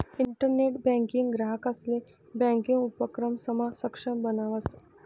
internet banking ग्राहकंसले banking उपक्रमसमा सक्षम बनावस